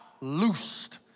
loosed